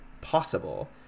possible